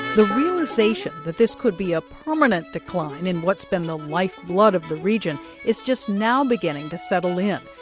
the realization that this could be a permanent decline in what's been the lifeblood of the region is just now beginning to settle in,